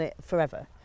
forever